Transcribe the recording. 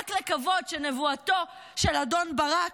רק לקוות, שנבואתו של אדון ברק,